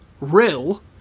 Rill